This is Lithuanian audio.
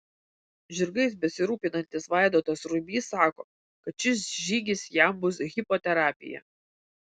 žirgais besirūpinantis vaidotas ruibys sako kad šis žygis jam bus hipoterapija